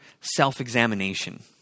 self-examination